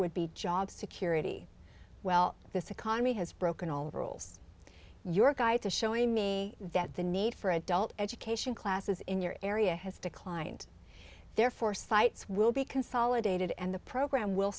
would be job security well this economy has broken all rules your guide to showing me that the need for adult education classes in your area has declined therefore sites will be consolidated and the program will